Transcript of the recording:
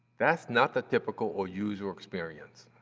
that's not the typical or usual experience.